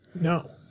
No